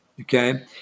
Okay